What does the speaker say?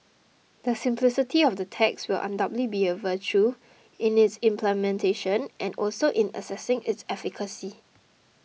the simplicity of the tax will undoubtedly be a virtue in its implementation and also in assessing its efficacy